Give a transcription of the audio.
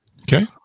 Okay